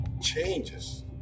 changes